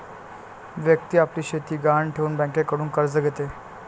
व्यक्ती आपली शेती गहाण ठेवून बँकेकडून कर्ज घेते